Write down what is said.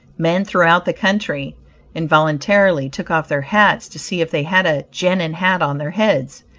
men throughout the country involuntarily took off their hats to see if they had a genin hat on their heads.